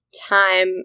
time